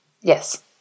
Yes